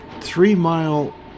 three-mile